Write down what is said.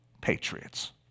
patriots